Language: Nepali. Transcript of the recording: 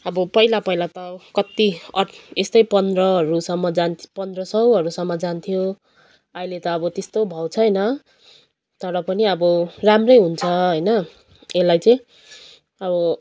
अब पहिला पहिला त कति अ यस्तै पन्ध्रहरूसम्म जान पन्ध्र सौहरूसम्म जान्थ्यो अहिले त अब त्यस्तो भाउ छैन तर पनि अब राम्रै हुन्छ होइन यसलाई चाहिँ अब